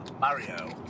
Mario